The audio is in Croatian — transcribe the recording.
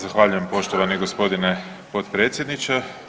Zahvaljujem poštovani g. potpredsjedniče.